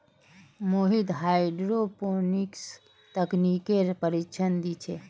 Mohit hydroponics तकनीकेर प्रशिक्षण दी छे